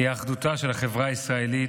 הוא אחדותה של החברה הישראלית.